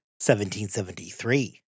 1773